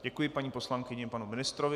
Děkuji paní poslankyni i panu ministrovi.